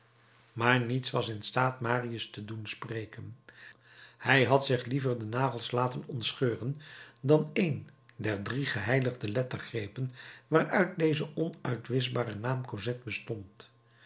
maar niets was in staat marius te doen spreken hij had zich liever de nagels laten ontscheuren dan een der drie geheiligde lettergrepen waaruit deze onuitwischbare naam cosette bestond